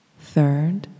third